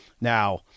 Now